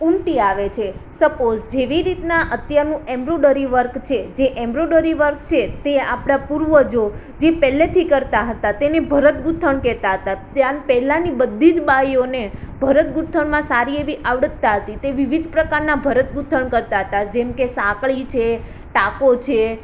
ઉમટી આવે છે સપોસ જેવી રીતના અત્યારનું એમરુંડરી વર્ક છે જે એમરુંડરી વર્ક છે તે આપણા પૂર્વજો જે પહેલેથી કરતાં હતાં તેને ભરત ગૂંથણ કહેતાં હતાં ત્યાં પહેલાની બધી જ બાઈઓને ભરત ગૂંથણમાં સારી એવી અવડતતા હતી તે વિવિધ પ્રકારના ભરત ગૂંથણ કરતાં હતાં જેમકે સાંકળી છે ટાંકો છે